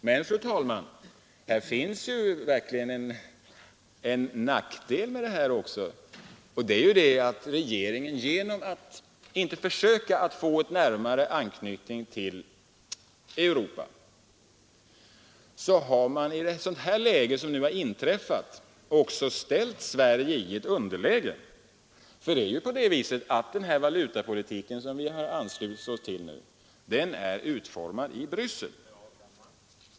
Men, fru talman, det finns här en nackdel nämligen att regeringen, genom att inte försöka få en närmare anknytning till Europa, i en situation som den som nu uppkommit har ställt Sverige i ett underläge. Den valutapolitik som vi nu anslutit oss till är nämligen utformad i Bryssel.